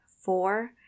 four